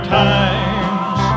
times